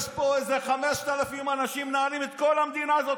יש פה איזה 5,000 אנשים שמנהלים את כל המדינה הזאת,